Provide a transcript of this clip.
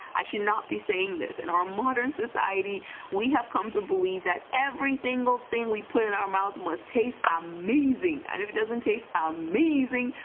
i should not be saying this in and our modern society we have come to believe that every single thing we put in our mouths must taste amazing and if it doesn't taste amazing.